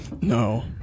No